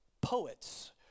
Poets